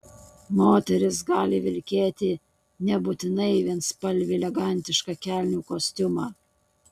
moteris gali vilkėti nebūtinai vienspalvį elegantišką kelnių kostiumą